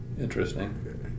Interesting